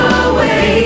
away